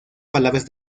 palabras